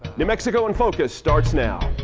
new mexico in focus starts now.